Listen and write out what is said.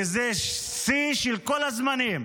שזה שיא של כל הזמנים,